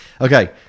Okay